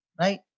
Right